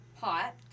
pot